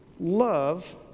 love